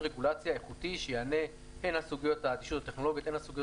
רגולציה איכותי שיענה הן לסוגיות של אדישות הטכנולוגית והן לסוגיות